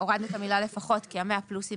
הורדנו את המילה לפחות כי ה-100 אחוזים